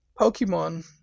Pokemon